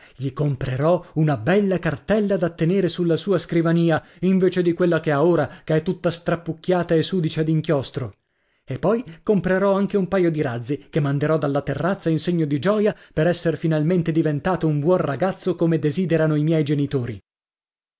gli comprerò una bella cartella da tenere sulla sua scrivania invece di quella che ha ora che è tutta strappucchiata e sudicia d'inchiostro e poi comprerò anche un paio di razzi che manderò dalla terrazza in segno di gioia per esser finalmente diventato un buon ragazzo come desiderano i miei genitori